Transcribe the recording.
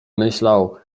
myślał